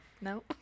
No